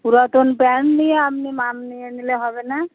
পুরাতন প্যান্ট দিয়ে আপনি মাপ নিয়ে নিলে হবে না